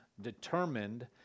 determined